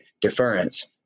deference